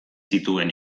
zituen